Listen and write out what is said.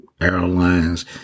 airlines